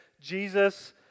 Jesus